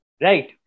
right